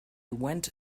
went